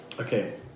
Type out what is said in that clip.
Okay